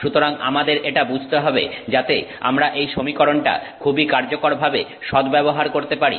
সুতরাং আমাদের এটা বুঝতে হবে যাতে আমরা এই সমীকরণটা খুবই কার্যকর ভাবে সদ্ব্যবহার করতে পারি